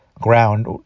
ground